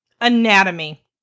anatomy